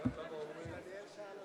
מצביע אריה ביבי,